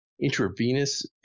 intravenous